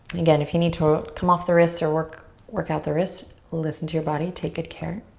again, if you need to come off the wrists or work work out the wrists, listen to your body. take good care.